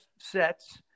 sets